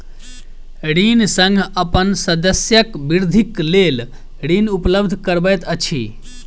ऋण संघ अपन सदस्यक वृद्धिक लेल ऋण उपलब्ध करबैत अछि